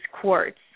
quartz